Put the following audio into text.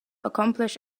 accomplish